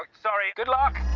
like sorry, good luck.